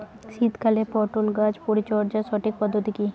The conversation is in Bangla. শীতকালে পটল গাছ পরিচর্যার সঠিক পদ্ধতি কী?